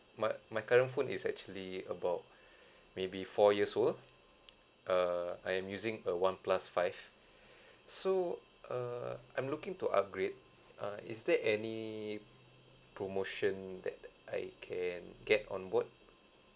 my my current phone is actually about maybe four years old err I am using a one plus five so err I'm looking to upgrade uh is there any promotion that I can get on board